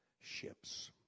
ships